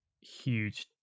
huge